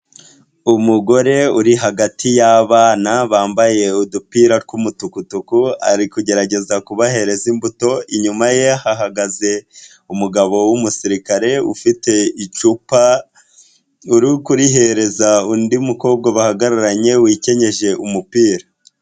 Umugore uri hagati y'abana bambaye udupira tw'umutukutuku, ari kugerageza kubahereza imbuto, inyuma ye hahagaze umugabo w'umusirikare ufite icupa uri kurihereza undi mukobwa bahagararanye wikenyeje umupira.